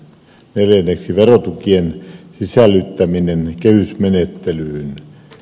neljänneksi verotukien sisällyttäminen kehysmenettelyyn